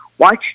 Watch